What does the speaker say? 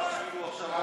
סעיפים 85 86,